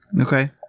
Okay